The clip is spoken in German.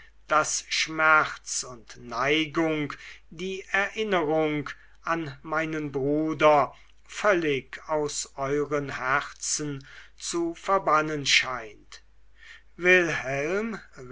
daß schmerz und neigung die erinnerung an meinen bruder völlig aus euren herzen zu verbannen scheint wilhelm